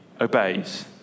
obeys